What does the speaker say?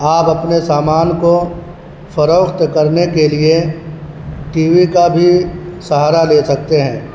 آپ اپنے سامان کو فروخت کرنے کے لیے ٹی وی کا بھی سہارا لے سکتے ہیں